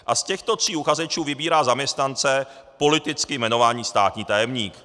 A z těchto tří uchazečů vybírá zaměstnance politicky jmenovaný státní tajemník.